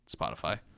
Spotify